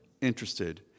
interested